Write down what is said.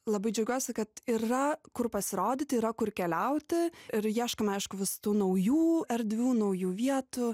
labai džiaugiuosi kad yra kur pasirodyti yra kur keliauti ir ieškome aišku vis tų naujų erdvių naujų vietų